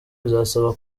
bizasaba